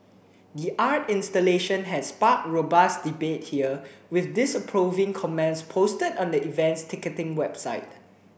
the art installation had sparked robust debate here with disapproving comments posted on the event's ticketing website